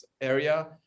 area